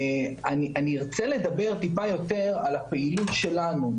אני ארצה לדבר טיפה יותר על הפעילות שלנו.